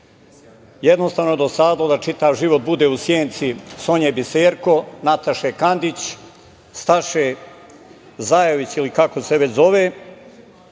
Jednostavno, dosadilo joj je da čitav život bude u senci Sonje Biserko, Nataše Kandić, Staše Zajević, ili kako se već zove,